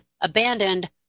abandoned